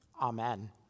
Amen